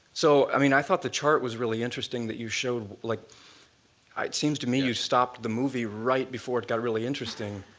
so i mean, i thought the chart was really interesting that you showed. like it seems to me you stopped the movie right before it got really interesting.